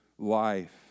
Life